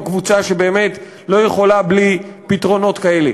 הקבוצה שבאמת לא יכולה בלי פתרונות כאלה.